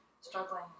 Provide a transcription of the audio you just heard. struggling